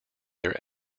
their